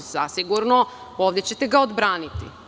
Zasigurno, ovde ćete ga odbraniti.